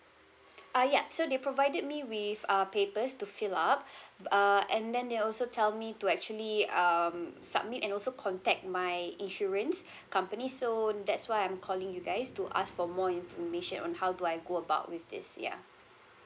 uh ya so they provided me with uh papers to fill up uh and then they also tell me to actually um submit and also contact my insurance company so that's why I'm calling you guys to ask for more information on how do I go about with this ya